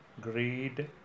greed